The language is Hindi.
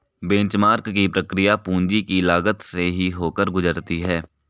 बेंचमार्क की प्रक्रिया पूंजी की लागत से ही होकर गुजरती है